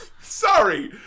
sorry